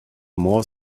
more